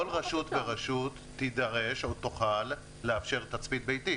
כל רשות ורשות תידרש לאפשר תצפית ביתית.